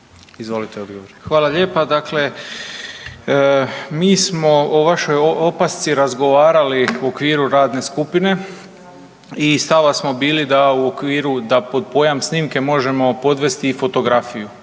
Ivan (HDZ)** Hvala lijepa. Dakle, mi smo o vašoj opasci razgovarali u okviru radne skupine i stava smo bili da u okviru, da pod pojam snimke možemo podvesti i fotografiju,